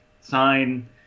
sign